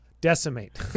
Decimate